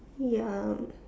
ya